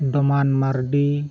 Doman Mardi